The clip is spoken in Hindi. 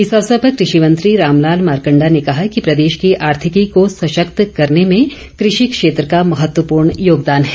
इस अवसर पर कृषि मंत्री रामलाल मारकंडा ने कहा कि प्रदेश की आर्थिकी को सशक्त करने में कृषि क्षेत्र का महत्वपूर्ण योगदान है